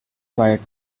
wide